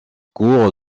cours